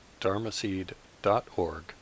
dharmaseed.org